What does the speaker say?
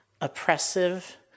oppressive